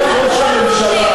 שראש הממשלה,